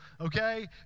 Okay